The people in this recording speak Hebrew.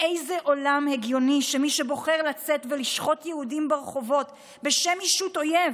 באיזה עולם הגיוני שמי שבוחר לצאת ולשחוט יהודים ברחובות בשם ישות אויב